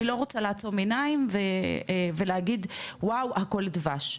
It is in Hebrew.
אני לא רוצה לעצום עיניים ולהגיד 'ואוו הכול דבש',